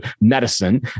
medicine